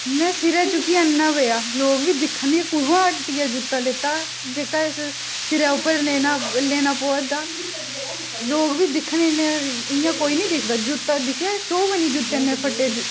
में सिरै चुक्कियै आह्नना पेआ लोक बी दिक्खन एह् कुत्थुआं हट्टियै जूता लेता जेह्का इस सिरै उप्पर लेना लेना पोआ दा लोक बी दिक्खन इयां इयां कोई नी दिखदा जूता दिक्खेआ शो बनी गेई जूते कन्नै फट्टे